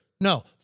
No